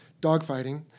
dogfighting